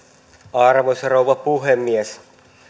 arvoisa rouva puhemies